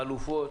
חלופות,